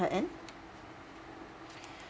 her end